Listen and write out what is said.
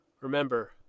remember